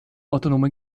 autonome